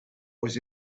was